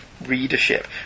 readership